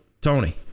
Tony